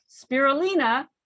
spirulina